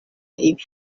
ibi